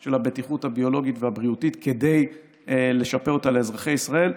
של הבטיחות הביולוגית והבריאותית כדי לשפר אותה לאזרחי ישראל.